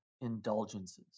indulgences